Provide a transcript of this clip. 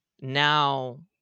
now